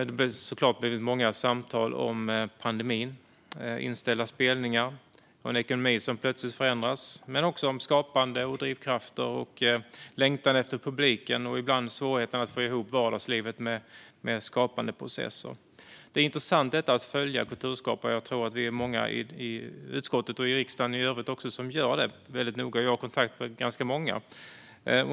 Det har såklart blivit många samtal om pandemin, inställda spelningar och en ekonomi som plötsligt förändrats men också om skapande och drivkrafter, längtan efter publiken och ibland svårigheten att få ihop vardagslivet med skapandeprocessen. Det är intressant att följa kulturskapare. Jag tror att vi är många i utskottet och i riksdagen i övrigt som gör det väldigt noga. Jag har kontakt med ganska många.